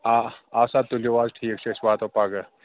آ آدٕ سا تُلِو حظ ٹھیٖک چھُ أسۍ واتو پگاہ